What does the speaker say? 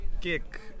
kick